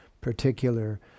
particular